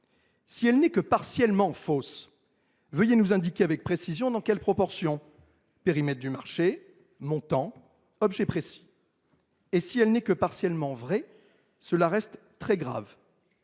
Si elle n’est que partiellement fausse, veuillez nous indiquer avec précision dans quelle proportion : périmètre du marché, montant, objet précis. Si elle n’est que partiellement vraie, cela reste très grave.